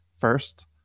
first